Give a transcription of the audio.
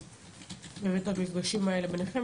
לעשות באמת את המפגשים האלה ביניכם,